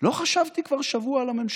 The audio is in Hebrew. לא חשבתי כבר שבוע על הממשלה.